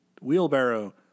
wheelbarrow